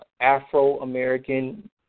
Afro-American